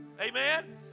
Amen